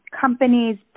companies